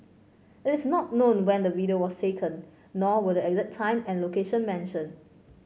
it is not known when the video was taken nor were the exact time and location mentioned